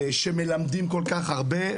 שמלמדים כל-כך הרבה,